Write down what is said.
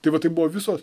tai vat taip buvo visos